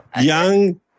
young